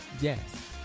Yes